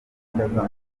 z’amanywa